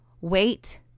wait